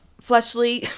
fleshly